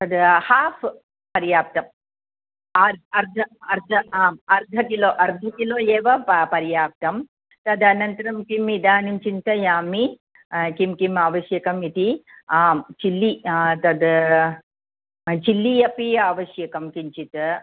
तद् हाफ़् पर्याप्तं आर् अर्धम् अर्द अर्धम् आम् अर्धं किलो अर्धं किलो एव प पर्याप्तं तदनन्तरं किम् इदानीं चिन्तयामि किं किम् आवश्यकम् इति आं चिल्लि तद् चिल्लि अपि आवश्यकं किञ्चित्